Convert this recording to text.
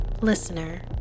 Listener